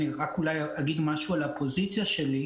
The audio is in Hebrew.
רק אולי אגיד משהו על הפוזיציה שלי.